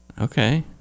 Okay